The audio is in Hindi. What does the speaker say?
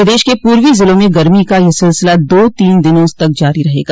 प्रदेश के पूर्वी जिलों में गर्मी का यह सिलसिला दो तीन दिनों तक जारी रहेगा